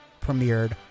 premiered